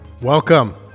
Welcome